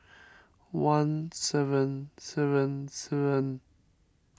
one seven seven seven